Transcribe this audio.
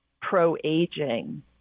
pro-aging